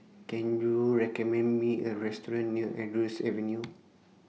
Can YOU recommend Me A Restaurant near Andrews Avenue